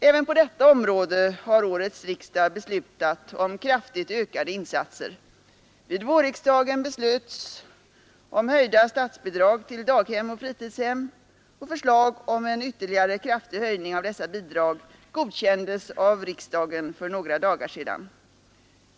Även på detta område har årets riksdag beslutat om kraftigt ökade insatser. Vid vårriksdagen beslöts om höjda statsbidrag till daghem och fritidshem. Förslag om en ytterligare kraftig höjning av dessa bidrag godkändes av riksdagen för några dagar sedan.